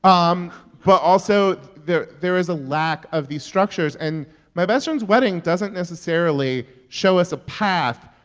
um but also there there is a lack of these structures. and my best friend's wedding doesn't necessarily show us a path,